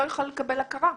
לא יוכל לקבל הכרה.